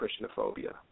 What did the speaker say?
Christianophobia